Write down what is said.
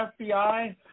fbi